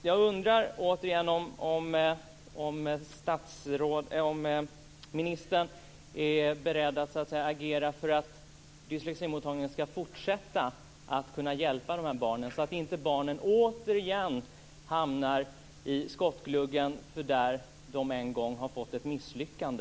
Jag undrar återigen om ministern är beredd att agera för att dysleximottagningen skall kunna fortsätta att hjälpa de här barnen, så att de inte återigen hamnar i skottgluggen där de en gång har misslyckats.